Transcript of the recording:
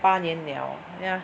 八年 now liao ya